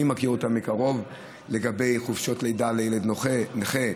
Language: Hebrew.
מכיר מקרוב לגבי חופשות לידה לילד נכה,